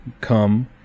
come